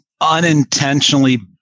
unintentionally